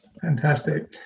Fantastic